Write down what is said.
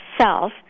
self